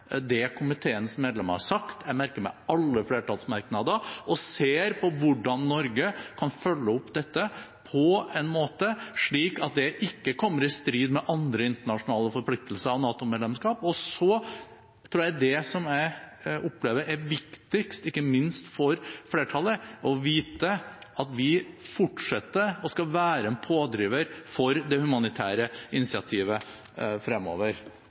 alle flertallsmerknader og ser på hvordan Norge kan følge opp dette på en måte slik at det ikke kommer i strid med andre internasjonale forpliktelser og NATO-medlemskap. Så tror jeg det jeg opplever er viktigst, ikke minst for flertallet, er å vite at vi skal fortsette å være en pådriver for det humanitære initiativet fremover.